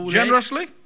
generously